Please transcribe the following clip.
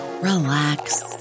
relax